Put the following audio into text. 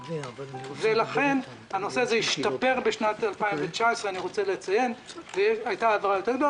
לכן הנושא הזה השתפר בשנת 2019 והייתה העברה גדולה יותר,